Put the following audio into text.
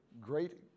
great